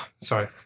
Sorry